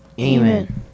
Amen